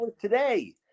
today